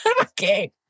okay